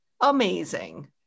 amazing